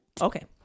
Okay